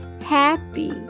happy